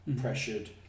pressured